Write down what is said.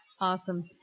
Awesome